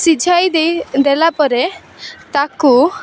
ସିଝାଇ ଦେଇ ଦେଲାପରେ ତାକୁ